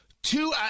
Two